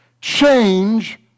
change